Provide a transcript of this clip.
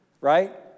Right